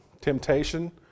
temptation